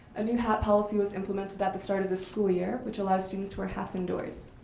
a new hat policy was implemented at the start of the school year, which allows students to wear hats indoors.